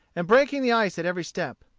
and breaking the ice at every step.